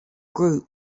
group